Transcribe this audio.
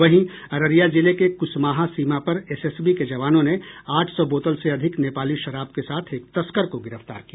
वहीं अररिया जिले के कुसमाहा सीमा पर एसएसबी के जवानों ने आठ सौ बोतल से अधिक नेपाली शराब के साथ एक तस्कर को गिरफ्तार किया